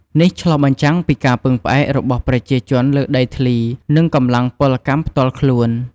នេះឆ្លុះបញ្ចាំងពីការពឹងផ្អែករបស់ប្រជាជនលើដីធ្លី និងកម្លាំងពលកម្មផ្ទាល់ខ្លួន។